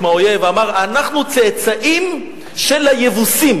מהאויב ואמר: אנחנו צאצאים של היבוסים.